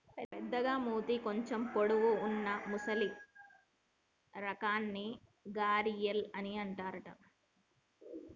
పెద్దగ మూతి కొంచెం పొడవు వున్నా మొసలి రకాన్ని గరియాల్ అని అంటారట